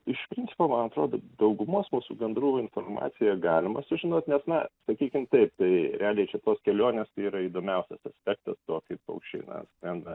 iš principo man atrodo daugumos mūsų gandrų informaciją galima sužinot nes na sakykim taip tai realiai čia tos kelionės tai yra įdomiausias aspektas tuo kaip paukščiai na skrenda